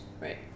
right